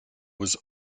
was